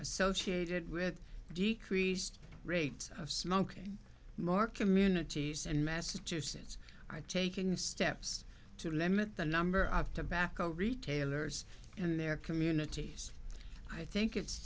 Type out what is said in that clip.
associated with decreased rates of smoking more communities in massachusetts are taking steps to limit the number of tobacco retailers in their communities i think it's